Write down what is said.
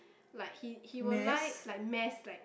like he he will like like mess like